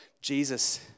Jesus